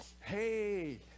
hey